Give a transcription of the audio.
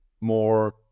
more